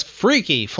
freaky